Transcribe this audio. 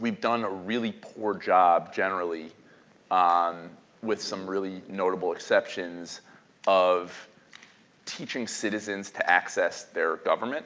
we've done a really poor job generally um with some really notable exceptions of teaching citizens to access their government,